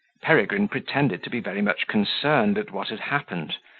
peregrine pretended to be very much concerned at what had happened,